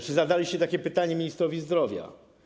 Czy zadaliście takie pytanie ministrowi zdrowia?